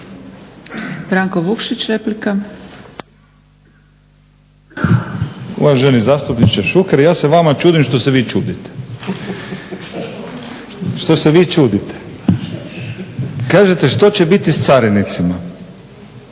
Branko Vukšić, replika.